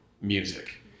music